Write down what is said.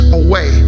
away